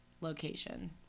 location